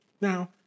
Now